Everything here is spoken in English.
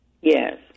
Yes